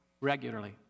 regularly